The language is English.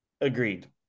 agreed